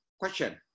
question